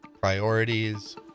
priorities